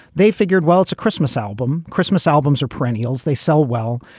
they figured, well, it's a christmas album. christmas albums are perennials. they sell well.